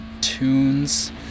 tunes